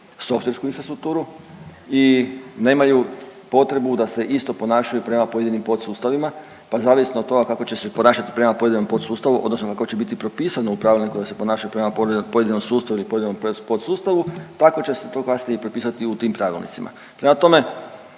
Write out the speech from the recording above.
softversku infrastrukturu i nemaju potrebu da se isto ponašaju prema pojedinim podsustavima, pa zavisno od toga kako će se ponašati prema pojedinom podsustavu odnosno kako će biti propisano u pravilniku da se ponašaju prema pojedinom sustavu ili pojedinom podsustavu, tako će se to kasnije i prepisati u tim pravilnicima. Prema tome,